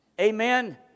Amen